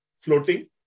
floating